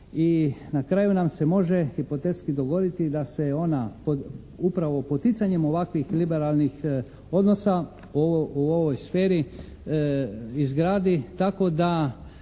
i na kraju nam se može hipotetski dogoditi da se ona upravo poticanjem ovakvih liberalnih odnosa u ovoj sferi izgradi tako da